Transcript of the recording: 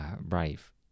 Brave